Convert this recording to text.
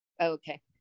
okay